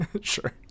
Sure